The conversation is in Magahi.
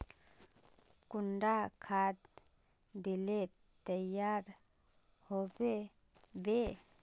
कुंडा खाद दिले तैयार होबे बे?